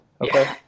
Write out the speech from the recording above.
Okay